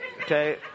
Okay